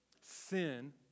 Sin